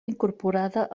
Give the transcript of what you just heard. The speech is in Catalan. incorporada